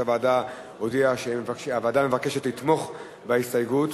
הוועדה הודיע שהוועדה מבקשת לתמוך בהסתייגות.